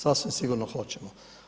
Sasvim sigurno hoćemo.